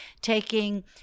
taking